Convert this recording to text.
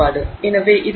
எனவே இது சுமார் 0